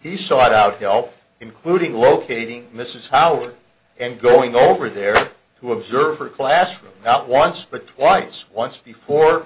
he sought out help including locating mrs howard and going over there who observe her classroom not once but twice once before